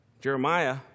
Jeremiah